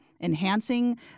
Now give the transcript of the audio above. enhancing